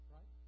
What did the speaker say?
Right